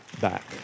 back